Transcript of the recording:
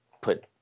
put